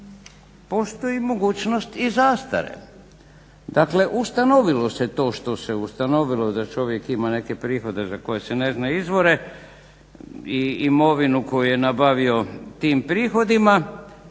postoji mogućnost i zastare.